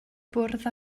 bwrdd